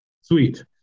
Sweet